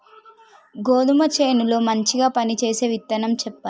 గోధుమ చేను లో మంచిగా పనిచేసే విత్తనం చెప్పండి?